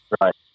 Right